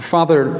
Father